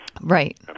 right